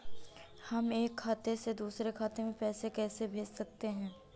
हम एक खाते से दूसरे खाते में पैसे कैसे भेज सकते हैं?